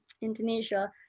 Indonesia